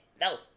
no